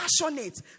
passionate